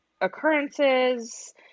occurrences